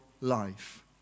life